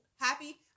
happy